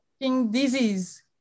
disease